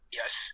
yes